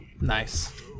Nice